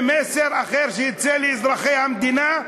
ומסר אחר שיצא לאזרחי המדינה: